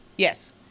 Yes